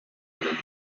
rennen